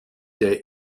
der